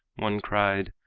one cried,